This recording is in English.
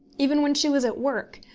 even when she was at work,